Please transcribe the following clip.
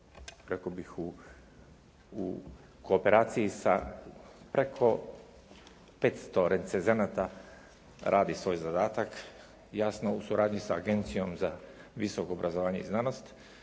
rekao bih u kooperaciji sa preko 500 recenzenata radi svoj zadatak, jasno u suradnji sa Agencijom za visoko obrazovanje i znanost